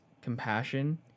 compassion